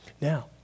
Now